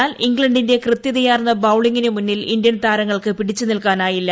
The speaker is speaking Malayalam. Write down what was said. എന്നാൽ ഇംഗ്ലണ്ടിന്റെ കൃത്യതയാർന്ന ബൌളിങ്ങിന് മുന്നിൽ ഇന്ത്യൻ താരങ്ങൾക്ക് പിടിച്ച് നിൽക്കാനായില്ല